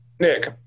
Nick